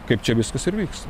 kaip čia viskas ir vyks